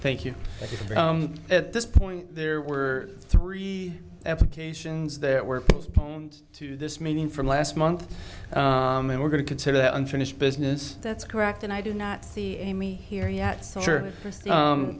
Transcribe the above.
thank you but at this point there were three applications that were postponed to this meeting from last month and we're going to consider that unfinished business that's correct and i do not see a me here yet